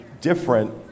different